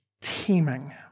teeming